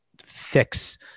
fix